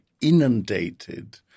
inundated